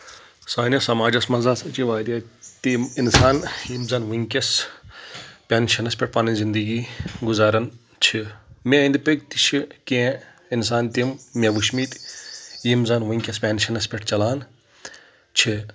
سٲنس سماجس منٛز ہسا چھِ واریاہ تِم انسان یِم زن وٕنکیٚس پؠنشنس پؠٹھ پنٕنۍ زندگی گُزارن چھِ مےٚ أنٛدۍ پٔکۍ تہِ چھِ کینٛہہ انسان تِم مےٚ وٕچھمٕتۍ یِم زن وٕنکیٚس پؠنشنس پؠٹھ چلان چھِ